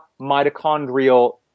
mitochondrial